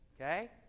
Okay